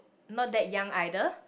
not that young either